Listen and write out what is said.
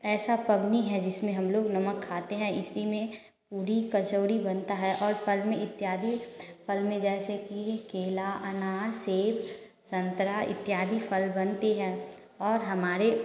ऐसा पबनी है जिसमें हम लोग नमक खाते हैं इसी में पूड़ी कचौड़ी बनता है और फल में इत्यादि फल में जैसे कि केला अनार सेब संतरा इत्यादि फल बनती है और हमारे